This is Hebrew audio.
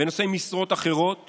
ונושאי משרות אחרות